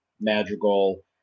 Madrigal